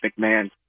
McMahon